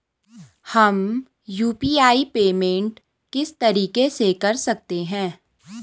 हम UPI payment किस तरीके से कर सकते हैं?